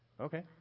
Okay